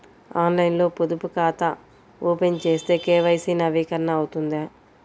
ఆన్లైన్లో పొదుపు ఖాతా ఓపెన్ చేస్తే కే.వై.సి నవీకరణ అవుతుందా?